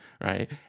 right